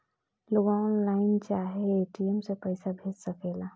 लोग ऑनलाइन चाहे ए.टी.एम से पईसा भेज सकेला